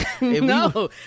No